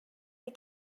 the